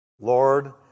Lord